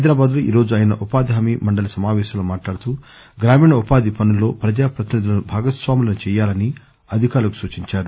హైదరాబాద్ లో ఈరోజు ఆయన ఉపాధి హామీ మండలి సమాపేశంలో మాట్లాడుతూ గ్రామీణ ఉపాధి పనుల్లో ప్రజా ప్రతినిదులను భాగస్నాములను చేయాలని అధికారులకు సూచించారు